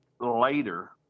later